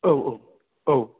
औ औ औ